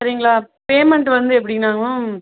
சரிங்களா பேமெண்ட் வந்து எப்படின்னாங்க மேம்